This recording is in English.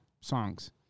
songs